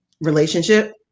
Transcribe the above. relationship